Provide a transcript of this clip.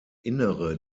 innere